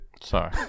Sorry